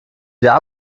wieder